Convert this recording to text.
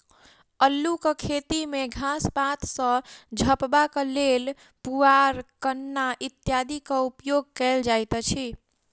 अल्लूक खेती मे घास पात सॅ झपबाक लेल पुआर, कन्ना इत्यादिक उपयोग कयल जाइत अछि